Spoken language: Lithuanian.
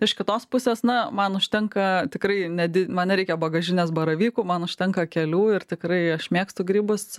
iš kitos pusės na man užtenka tikrai ne man nereikia bagažinės baravykų man užtenka kelių ir tikrai aš mėgstu grybus